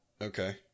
Okay